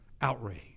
outrage